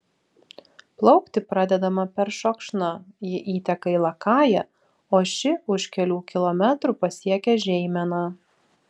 plaukti pradedama peršokšna ji įteka į lakają o ši už kelių kilometrų pasiekia žeimeną